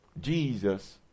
Jesus